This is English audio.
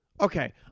Okay